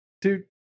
Dude